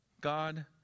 God